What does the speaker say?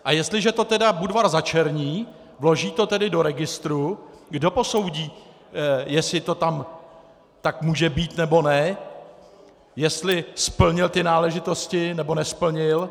A jestliže to tedy Budvar začerní, vloží to do registru, kdo posoudí, jestli to tam tak může být, nebo ne, jestli splnil náležitosti nebo nesplnil?